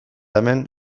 hemen